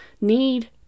need